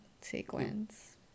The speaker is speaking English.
sequence